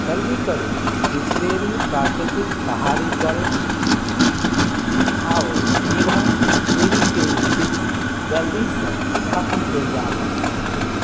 जल्दी करु बिसलेरी प्राकृतिक पहाड़ी जल आओर दिभा पेरी पेरी चिप्स जल्दीसँ खत्म भेल जा रहल अछि